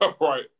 right